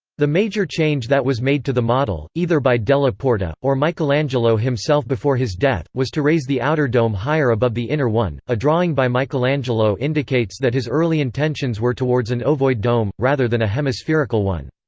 the major change that was made to the model, either by della porta, or michelangelo himself before his death, was to raise the outer dome higher above the inner one a drawing by michelangelo indicates that his early intentions were towards an ovoid dome, rather than a hemispherical one.